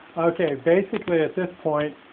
okay, basically at this point,